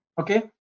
Okay